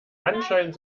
anscheinend